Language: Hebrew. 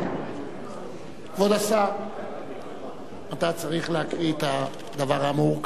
כבוד השר, אתה צריך להקריא את הדבר האמור כאן.